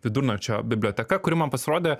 vidurnakčio biblioteka kuri man pasirodė